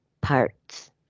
parts